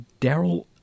Daryl